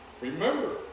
Remember